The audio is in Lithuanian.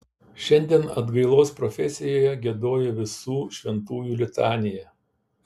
šiandien atgailos profesijoje giedojo visų šventųjų litaniją